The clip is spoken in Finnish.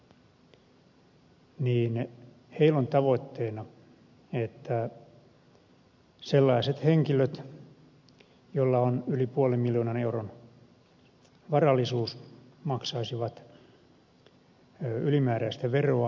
heillä on tavoitteena että sellaiset henkilöt joilla on yli puolen miljoonan euron varallisuus maksaisivat ylimääräistä veroa he itse vaativat